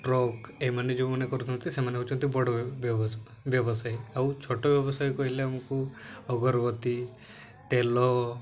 truck ଏମାନେ ଯେଉଁମାନେ କରୁଛନ୍ତି ସେମାନେ ହଉଛନ୍ତି ବଡ଼ ବ୍ୟବସାୟୀ ଆଉ ଛୋଟ ବ୍ୟବସାୟୀ କହିଲେ ଆମକୁ ଅଗରବତୀ ତେଲ